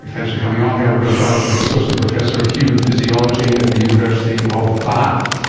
thanks for coming on. javier gonzalez is associate professor of human physiology at the university of bath.